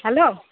hello